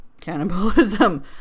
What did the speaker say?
cannibalism